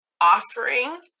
offering